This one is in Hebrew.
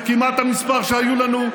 זה כמעט המספר שהיה לנו,